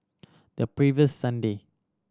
the previous Sunday